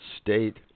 state